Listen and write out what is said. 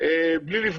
אין צו